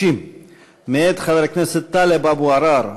150 מאת טלב אבו עראר.